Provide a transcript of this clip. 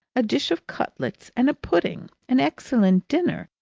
a dish of cutlets, and a pudding an excellent dinner,